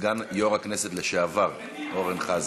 סגן יושב-ראש הכנסת לשעבר אורן חזן.